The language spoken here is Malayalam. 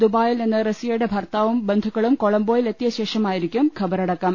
ദുബായിൽ നിന്ന് റസിയയുടെ ഭർത്താവും ബന്ധുക്കളും കൊളംബൊയിൽ എത്തിയ ശേഷമായിരിക്കും ഖബറടക്കം